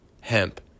hemp